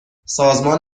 سازمان